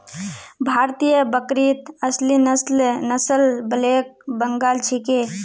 भारतीय बकरीत असली नस्ल ब्लैक बंगाल छिके